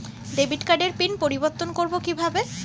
Debit কার্ডের pin পরিবর্তন করবো কীভাবে?